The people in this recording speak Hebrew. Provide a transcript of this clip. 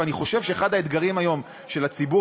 ואני חושב שאחד האתגרים היום של הציבור,